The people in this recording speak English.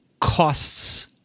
costs